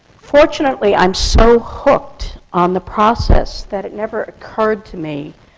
fortunately, i'm so hooked on the process that it never occurred to me,